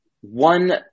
one